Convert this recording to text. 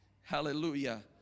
Hallelujah